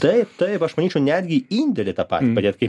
taip taip aš manyčiau netgi indėlį tą patį padėt kaip